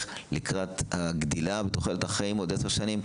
לקראת הגדילה בתוחלת החיים בעוד עשר שנים.